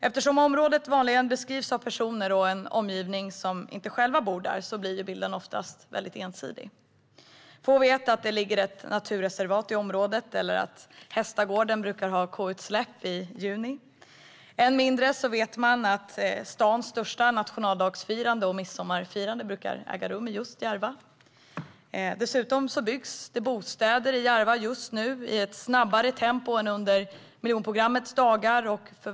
Eftersom området vanligen beskrivs av personer och en omgivning som själva inte bor där blir bilden oftast väldigt ensidig. Få vet att det ligger ett naturreservat i området eller att Hästagården brukar ha koutsläpp i juni. Än mindre vet man att stans största nationaldagsfirande och midsommarfirande brukar äga rum i Järva. Dessutom byggs det just nu bostäder i Järva i ett snabbare tempo än under miljonprogrammets dagar.